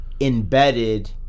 embedded